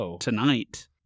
tonight